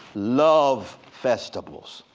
love festivals,